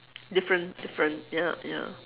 different different ya ya